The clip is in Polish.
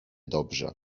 dobrze